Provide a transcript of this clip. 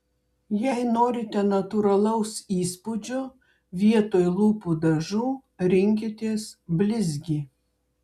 jei norite natūralaus įspūdžio vietoj lūpų dažų rinkitės blizgį